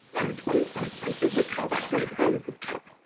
and twenty twenty census is how that great promise is kept,